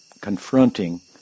confronting